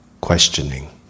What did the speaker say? questioning